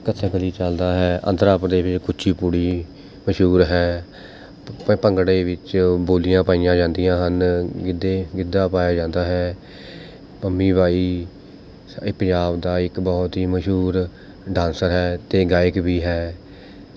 ਕਥਕ ਕਲੀ ਚੱਲਦਾ ਹੈ ਆਂਧਰਾ ਪ੍ਰਦੇ ਕੁੱਛੀਪੁੜੀ ਮਸ਼ਹੂਰ ਹੈ ਭ ਭ ਭੰਗੜੇ ਵਿੱਚ ਬੋਲ਼ੀਆਂ ਪਾਈਆਂ ਜਾਂਦੀਆਂ ਹਨ ਗਿੱਧੇ ਗਿੱਧਾ ਪਾਇਆ ਜਾਂਦਾ ਹੈ ਪੰਮੀ ਬਾਈ ਸ ਇਹ ਪੰਜਾਬ ਦਾ ਇੱਕ ਬਹੁਤ ਹੀ ਮਸ਼ਹੂਰ ਡਾਂਸਰ ਹੈ ਅਤੇ ਗਾਇਕ ਵੀ ਹੈ